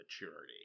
maturity